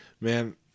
man